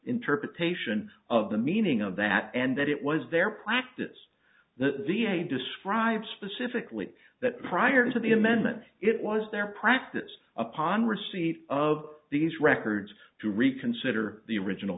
interpretation of the meaning of that and that it was their practice that the eight describe specifically that prior to the amendment it was their practice upon receipt of these records to reconsider the original